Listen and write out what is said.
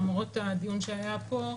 למרות הדיון שהיה פה,